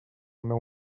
meu